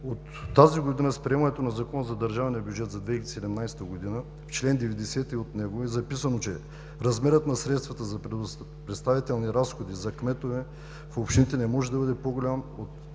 от тази година с приемането на Закона за държавния бюджет за 2017 г. в чл. 90 от него е записано, че размерът на средствата за представителни разходи за кметове в общините не може да бъде по-голям